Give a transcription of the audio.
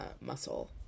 muscle